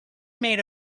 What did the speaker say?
made